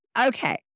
Okay